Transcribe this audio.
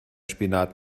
spinat